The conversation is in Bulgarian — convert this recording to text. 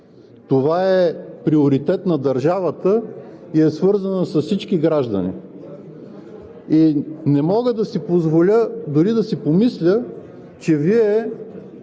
Това е приоритет на държавата и е свързана с всички граждани. И не мога да си позволя дори да си помисля, че Вие